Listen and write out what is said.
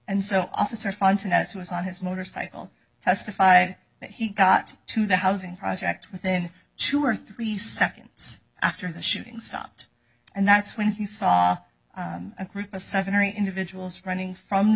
who was on his motorcycle testified that he got to the housing project within two or three seconds after the shooting stopped and that's when he saw a group of seven or eight individuals running from the